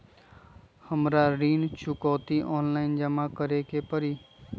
हमरा ऋण चुकौती ऑनलाइन जमा करे के परी?